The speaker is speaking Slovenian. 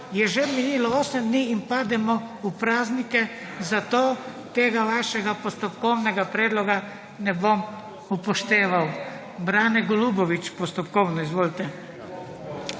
je že minilo 8 dni in pademo v praznike, zato tega vašega postopkovnega predloga ne bom upošteval. Brane Golubović, postopkovno. Izvolite.